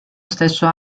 stesso